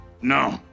No